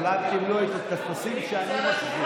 כולם קיבלו את הטפסים שאני מחזיק.